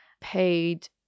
paid